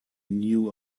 knew